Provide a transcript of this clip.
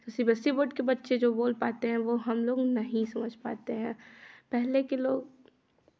सी B S E board के जो बच्चे बोलते हैं वो हमलोग नहीं समझ पाते हैं पहले के लोग